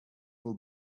will